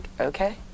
okay